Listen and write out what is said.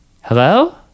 Hello